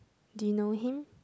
do you know him